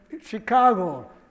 Chicago